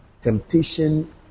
temptation